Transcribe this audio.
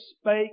spake